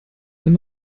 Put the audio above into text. wenn